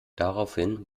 daraufhin